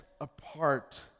apart